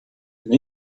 and